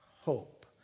Hope